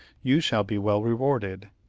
you shall be well rewarded.